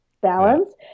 balance